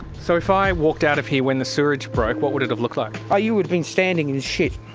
so if i walked out of here when the sewerage broke, what would it have looked like? oh, you would've been standing in shit.